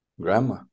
grandma